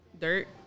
dirt